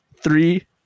Three